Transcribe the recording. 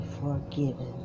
forgiven